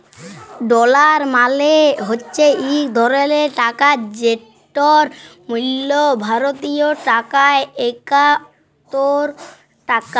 dollar মালে হছে ইক ধরলের টাকা যেটর মূল্য ভারতীয় টাকায় একাত্তর টাকা